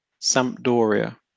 Sampdoria